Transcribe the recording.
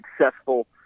successful